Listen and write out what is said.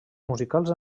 musicals